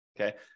Okay